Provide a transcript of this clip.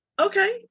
Okay